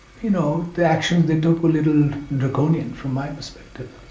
you know, the actions they took a little draconian from my perspective,